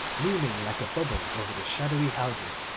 looming like a bubble over the shadowy houses,